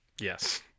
Yes